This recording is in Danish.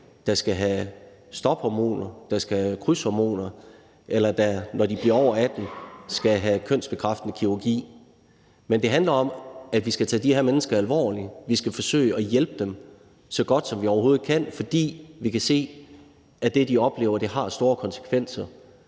der skal have stophormoner, der skal have krydshormoner, eller som, når de bliver over 18 år, skal have kønsbekræftende kirurgi. Men det handler om, at vi skal tage de her mennesker alvorligt, vi skal forsøge at hjælpe dem så godt, som vi overhovedet kan, fordi vi kan se, at det, de oplever, har store konsekvenser